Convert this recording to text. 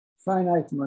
Finite